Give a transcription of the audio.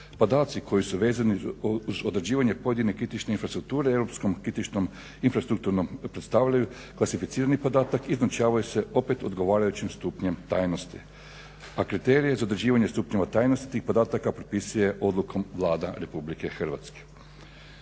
Podaci koji su vezani uz određivanje pojedine kritične infrastrukture europskom kritičnom infrastrukturnom predstavljaju klasificirani podatak i označavaju se opet odgovarajućim stupnjem tajnosti a kriterije za određivanje stupnjeva tajnosti tih podataka propisuje odlukom Vlada Republike Hrvatske.